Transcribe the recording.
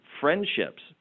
friendships